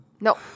No